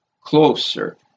closer